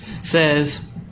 Says